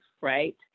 right